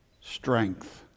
strength